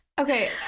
okay